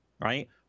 right